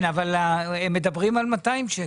הם מדברים על 200 שקל.